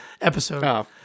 Episode